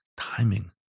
timing